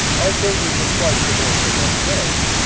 i say you've been twice divorced and once married.